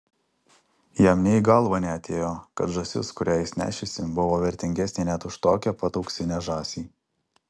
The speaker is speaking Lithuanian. jam nė į galvą neatėjo kad žąsis kurią jis nešėsi buvo vertingesnė net už tokią pat auksinę žąsį